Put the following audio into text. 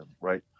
right